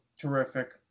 terrific